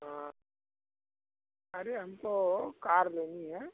हाँ अरे हमको कार लेनी है